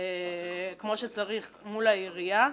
כמו שצריך מול העירייה.